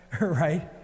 right